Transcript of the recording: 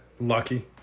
lucky